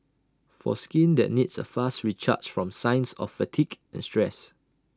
for skin that needs A fast recharge from signs of fatigue and stress